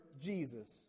Jesus